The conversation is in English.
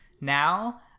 now